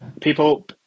people